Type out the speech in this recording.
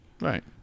Right